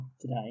today